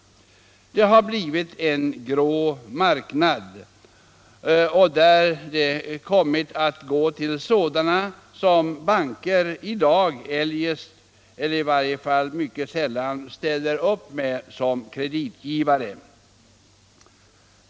Det har blivit en grå marknad, där insättningarna kommit att gå till sådana banker som i dag eljest inte eller i varje fall mycket sällan ställer upp som kreditgivare.